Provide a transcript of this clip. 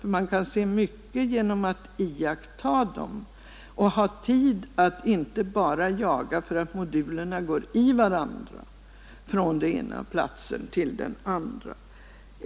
Man kan nämligen lära sig mycket genom att iaktta dem, om man inte är alltför upptagen av att jaga mellan moduler på olika håll.